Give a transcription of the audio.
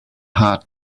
heart